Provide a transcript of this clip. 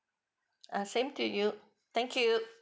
uh same to you thank you